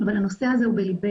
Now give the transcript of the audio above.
אבל הנושא הזה הוא בליבנו.